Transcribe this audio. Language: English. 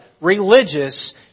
religious